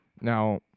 Now